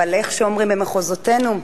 איך אומרים היום במקומותינו?